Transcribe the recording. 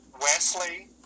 Wesley